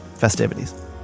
festivities